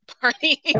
party